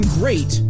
great